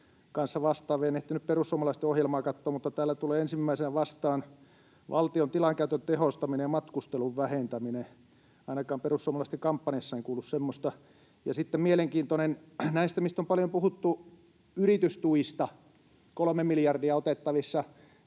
En ehtinyt perussuomalaisten ohjelmaa katsomaan, mutta täällä tulee ensimmäisenä vastaan valtion tilankäytön tehostaminen ja matkustelun vähentäminen — ainakaan perussuomalaisten kampanjassa en kuullut semmoista — ja sitten on mielenkiintoinen näistä yritystuista, mistä on paljon puhuttu: kolme miljardia olisi otettavissa